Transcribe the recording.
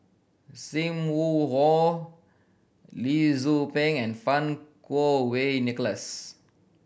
Sim Wong Hoo Lee Tzu Pheng and Fang Kuo Wei Nicholas